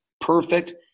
perfect